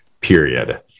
period